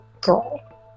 girl